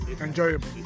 Enjoyable